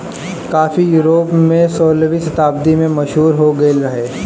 काफी यूरोप में सोलहवीं शताब्दी में मशहूर हो गईल रहे